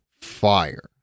Fire